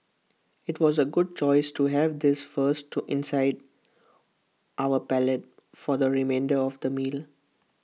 IT was A good choice to have this first to incite our palate for the remainder of the meal